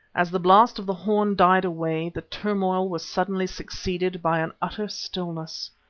as the blast of the horn died away the turmoil was suddenly succeeded by an utter stillness,